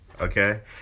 Okay